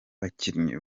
bakinnyi